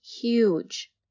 huge